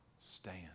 stand